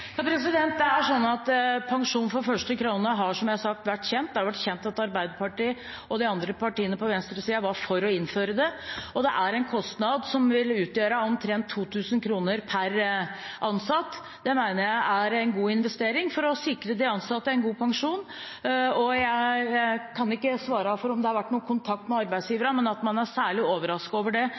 første krone har, som jeg har sagt, vært kjent. Det har vært kjent at Arbeiderpartiet og de andre partiene på venstresiden var for å innføre det. Det er en kostnad som vil utgjøre omtrent 2 000 kr per ansatt. Det mener jeg er en god investering for å sikre de ansatte en god pensjon. Jeg kan ikke svare for om det har vært noen kontakt med arbeidsgiverne, men man burde ikke være særlig overrasket over det.